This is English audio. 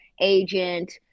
agent